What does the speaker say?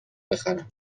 بخرم